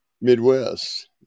Midwest